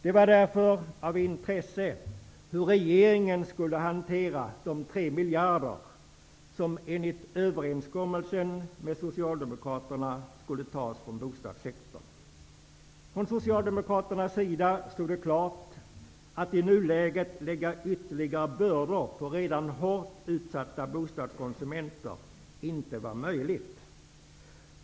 Det var därför av intresse att veta hur regeringen skulle hantera de 3 miljarder som enligt överenskommelsen med Socialdemokraterna skulle tas från bostadssektorn. Från Socialdemokraternas sida stod det klart att det i nuläget inte var möjligt att lägga ytterligare bördor på redan hårt utsatta bostadskonsumenter.